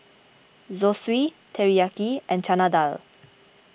Zosui Teriyaki and Chana Dal